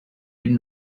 did